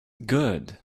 good